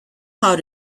how